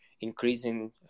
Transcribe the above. increasing